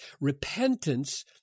Repentance